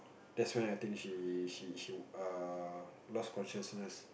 that's when I think she she she err lost consciousness